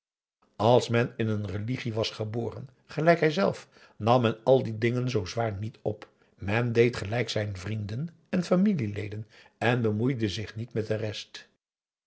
als men in een religie was geboren gelijk hij zelf nam men al die dingen zoo zwaar niet op men deed gelijk zijn vrienden en familieleden en bemoeide zich niet met de rest